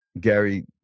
Gary